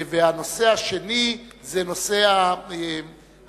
והנושא השני זה נושא ההיתקלויות,